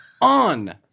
on